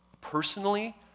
Personally